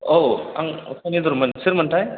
औ आं पनिन्द्रमोन सोरमोनथाय